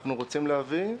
אנחנו רוצים להביא.